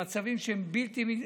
במצבים שהם בלתי,